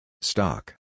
Stock